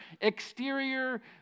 exterior